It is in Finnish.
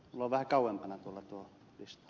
lo väkevämpänä kuvattua jos